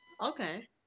Okay